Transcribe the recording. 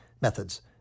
Methods